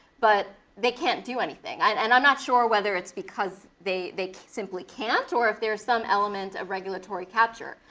but they can't do anything. and i'm not sure whether it's because they they simply can't or if there's some element of regulatory capture.